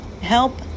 Help